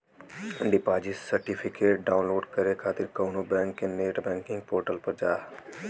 deposit certificate download करे खातिर कउनो बैंक के नेट बैंकिंग पोर्टल पर जा